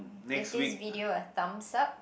give this video thumbs up